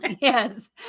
Yes